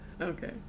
Okay